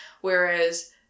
Whereas